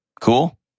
Cool